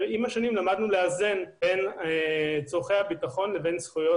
אבל עם השנים למדנו לאזן ביו צורכי הביטחון לבין זכויות